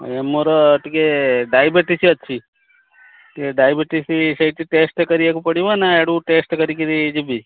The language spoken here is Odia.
ଆଜ୍ଞା ମୋର ଟିକେ ଡାଇବେଟିସ ଅଛି ଟିକେ ଡାଇବେଟିସ ସେଇଠି ଟେଷ୍ଟ୍ କରିବାକୁ ପଡ଼ିବ ନାଁ ୟାଡ଼ୁ ଟେଷ୍ଟ୍ କରିକିରି ଯିବି